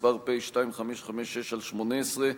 פ/2556/18,